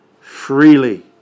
freely